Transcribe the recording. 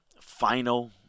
final